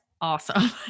awesome